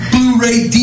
Blu-ray